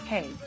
Hey